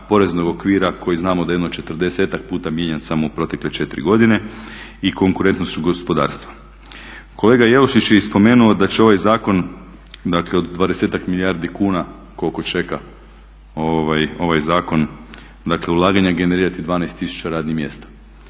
poreznog okvira koji znamo da je jedno 40-ak puta mijenjan samo u protekle 4 godine i konkurentnošću gospodarstva. Kolega Jelušić je i spomenuo da će ovaj zakon, dakle od 20-ak milijardi kuna koliko čeka ovaj zakon, dakle ulaganja generirati 12 tisuća radnih mjesta.